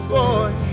boy